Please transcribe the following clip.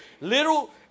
little